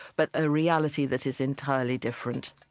but a reality that is entirely different